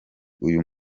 uyu